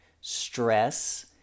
stress